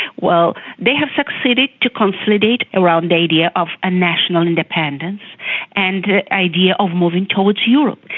well, they have succeeded to consolidate around the idea of a national independence and the idea of moving towards europe.